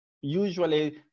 usually